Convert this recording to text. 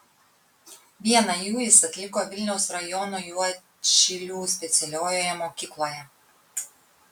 vieną jų jis atliko vilniaus rajono juodšilių specialiojoje mokykloje